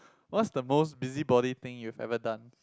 what's the most busybody thing you ever done